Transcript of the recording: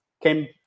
Came